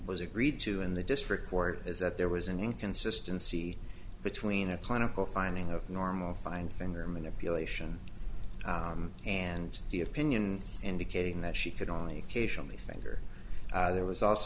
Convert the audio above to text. was agreed to in the district court is that there was an inconsistency between a clinical finding of normal fine finger manipulation and the opinion indicating that she could only occasionally finger there was also